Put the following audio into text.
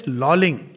lolling